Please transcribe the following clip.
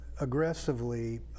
aggressively